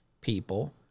people